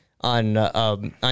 on